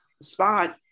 spot